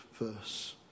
verse